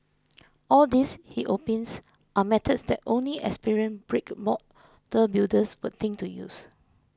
all these he opines are methods that only experienced brick model builders would think to use